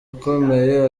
ukomeye